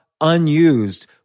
unused